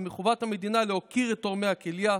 ומחובת המדינה להוקיר את תורמי הכליה,